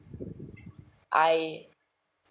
I